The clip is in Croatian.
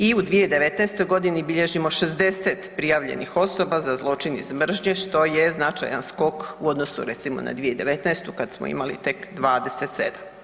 I u 2019. godini bilježimo 60 prijavljenih osoba za zločin iz mržnje što je značajan skok u odnosu recimo na 2019. kad smo imali tek 27.